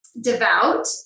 devout